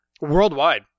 worldwide